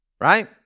right